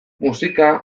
musika